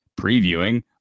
previewing